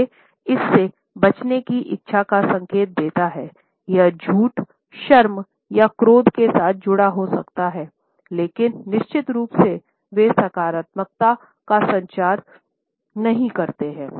ये इससे बचने की इच्छा का संकेत देते हैं यह झूठशर्म या क्रोध के साथ जुड़ा हो सकता है लेकिन निश्चित रूप से वे सकारात्मकता का संचार नहीं करते हैं